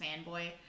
fanboy